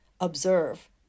observe